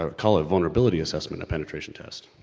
ah call a vulnerability assessment a penetration test.